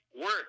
work